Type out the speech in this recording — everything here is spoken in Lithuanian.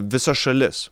visa šalis